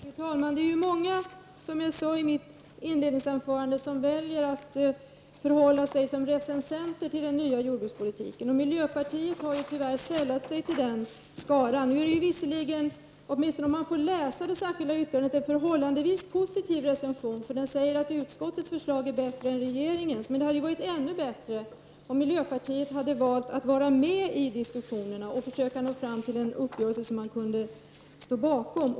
Fru talman! Det är, som jag sade i mitt inledningsanförande, många som väljer att förhålla sig som recensenter till den nya jordbrukspolitiken. Miljöpartiet har tyvärr sällat sig till den skaran. Visserligen är det, om man läser det särskilda yttrandet, en förhållandevis positiv recension. Den säger att utskottets förslag är bättre än regeringens. Men det hade varit ännu bättre om miljöpartiet hade valt att vara med i diskussionerna och försöka nå fram till en uppgörelse som fler kunde stå bakom.